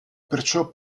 perciò